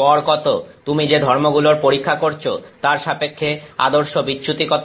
গড় কত তুমি যে ধর্মগুলোর পরীক্ষা করেছ তার সাপেক্ষে আদর্শ বিচ্যুতি কত